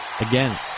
Again